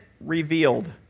revealed